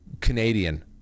Canadian